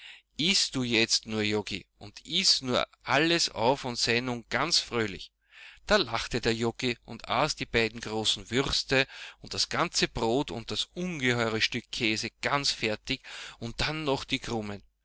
iß du jetzt nur joggi und iß du nur alles auf und sei nun ganz fröhlich da lachte der joggi und aß die beiden großen würste und das ganze brot und das ungeheure stück käse ganz fertig und dann noch die krumen